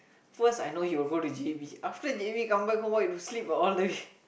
first I know he will go to gym after gym he come back home what you do sleep ah all day